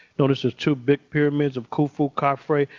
notice there's two big pyramids of khufu, khafre.